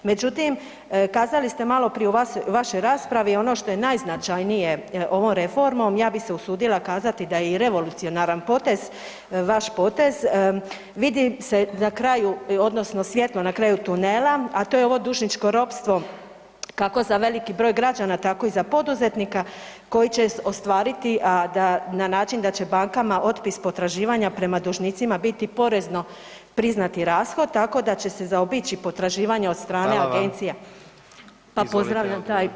Međutim, kazali ste maloprije u vašoj raspravi ono što je najznačajnije ovom reformom, ja bih se usudila i kazati da je i revolucionaran potez, vaš potez, vidi se svjetlo na kraju tunela, a to je ovo dužničko ropstvo kako za veliki broj građana tako i za poduzetnika koji će ostvariti na način da će bankama otpis potraživanja prema dužnicima biti porezno priznati rashod tako da će se zaobići potraživanja od strane agencija pa pozdravljam taj potez.